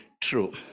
true